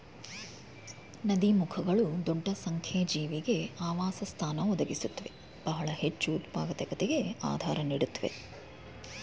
ನದೀಮುಖಗಳು ದೊಡ್ಡ ಸಂಖ್ಯೆ ಜೀವಿಗೆ ಆವಾಸಸ್ಥಾನ ಒದಗಿಸುತ್ವೆ ಬಹಳ ಹೆಚ್ಚುಉತ್ಪಾದಕತೆಗೆ ಆಧಾರ ನೀಡುತ್ವೆ